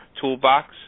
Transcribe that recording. toolbox